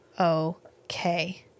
okay